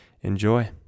enjoy